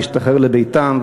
להשתחרר לביתם,